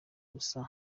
ubusa